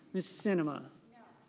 mrs. cinema